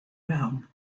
realm